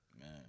Man